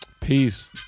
Peace